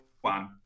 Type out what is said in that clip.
one